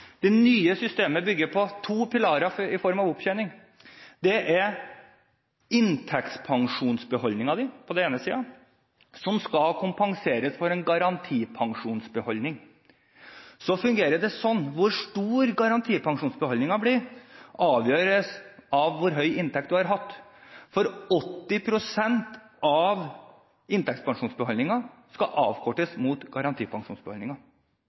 Det nye pensjonssystemet bygger på to pilarer i form av opptjening. Det er inntektspensjonsbeholdningen din på den ene siden som skal kompenseres for en garantipensjonsbeholdning på den andre. Hvor stor garantipensjonsbeholdningen blir, avgjøres av hvor høy inntekt du har hatt. For 80 pst. av inntektspensjonsbeholdningen skal avkortes mot